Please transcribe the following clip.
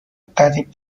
قریب